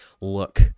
Look